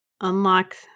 unlock